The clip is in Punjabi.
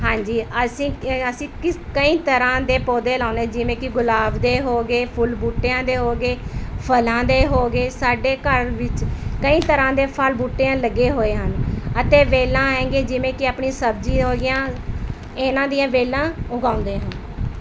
ਹਾਂਜੀ ਅਸੀਂ ਕਿਸ ਕਈ ਤਰ੍ਹਾਂ ਦੇ ਪੌਦੇ ਲਾਉਂਦੇ ਜਿਵੇਂ ਕਿ ਗੁਲਾਬ ਦੇ ਹੋਗੇ ਫੁੱਲ ਬੂਟਿਆਂ ਦੇ ਹੋਗੇ ਫਲਾਂ ਦੇ ਹੋਗੇ ਸਾਡੇ ਘਰ ਵਿੱਚ ਕਈ ਤਰ੍ਹਾਂ ਦੇ ਫਲ ਬੂਟਿਆਂ ਲੱਗੇ ਹੋਏ ਹਨ ਅਤੇ ਵੇਲ੍ਹਾਂ ਐਂ ਕਿ ਜਿਵੇਂ ਕਿ ਆਪਣੀ ਸਬਜ਼ੀ ਹੋਗੀਆਂ ਇਹਨਾਂ ਦੀਆਂ ਵੇਲ੍ਹਾਂ ਉਗਾਉਂਦੇ ਹਨ